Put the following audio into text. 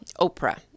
Oprah